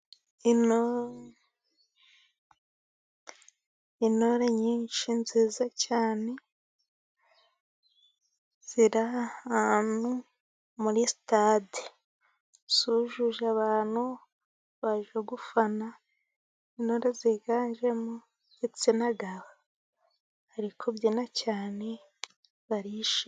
Intore nyinshi nziza cyane ziri ahantu muri sitade. Zujuje abantu baje gufana, intore ziganjemo igitsina gabo. Ziri kubyina cyane barishimye.